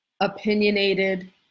opinionated